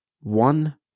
one